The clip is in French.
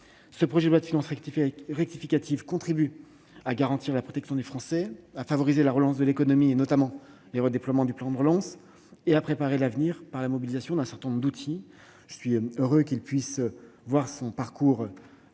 Ce projet de loi de finances rectificative contribue à garantir la protection des Français, à favoriser la relance de l'économie, notamment à travers les redéploiements du plan de relance, et à préparer l'avenir par la mobilisation d'un certain nombre de dispositifs. Je suis heureux que ce texte puisse poursuivre son parcours parlementaire,